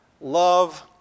Love